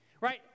right